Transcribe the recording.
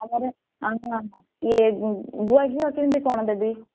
ଆମର ଇଏ ଗୁଆ ଘିଅ କେମିତି କ'ଣ ଦେବି